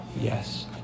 Yes